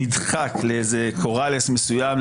נדחק לקורלס מסוים,